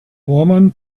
woman